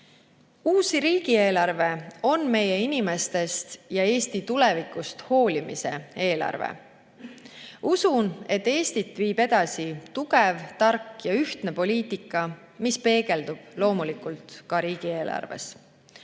Uus riigieelarve on meie inimestest ja Eesti tulevikust hoolimise eelarve. Usun, et Eestit viib edasi tugev, tark ja ühtne poliitika, mis peegeldub loomulikult ka riigieelarves.